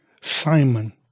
Simon